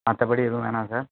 மற்றபடி எதுவும் வேணாம் சார்